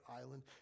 island